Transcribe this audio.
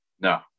No